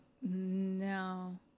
No